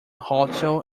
hotel